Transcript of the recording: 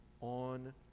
on